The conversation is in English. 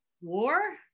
War